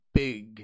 big